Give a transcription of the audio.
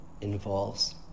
involves